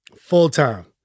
full-time